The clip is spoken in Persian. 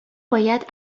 باید